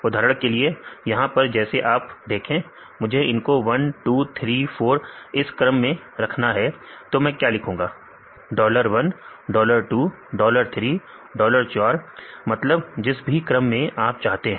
उदाहरण के लिए यहां पर जैसे आप देखें मुझे इनको 1234 इस क्रम में रखना है तो मैं क्या लिखूंगा डॉलर 1 डॉलर 2 डॉलर 3 डॉलर 4 मतलब जिस भी क्रम में आप चाहते हैं